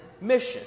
mission